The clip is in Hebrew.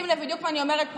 שים לב בדיוק מה אני אומרת פה,